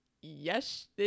yes